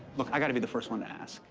look, i gotta be the first one to ask,